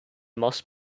must